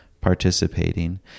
participating